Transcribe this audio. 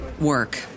work